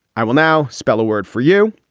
i will now spell a word for you.